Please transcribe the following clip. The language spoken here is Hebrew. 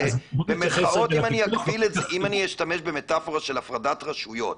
אם אני אשתמש במטפורה של הפרדת רשויות,